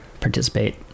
participate